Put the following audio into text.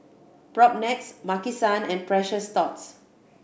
Propnex Maki San and Precious Thots